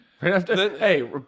Hey